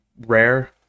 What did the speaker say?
rare